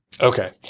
Okay